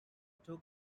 took